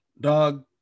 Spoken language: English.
Dog